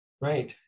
Right